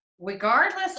regardless